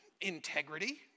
integrity